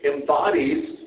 embodies